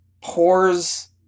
pours